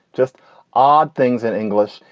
just odd things in english,